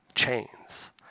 chains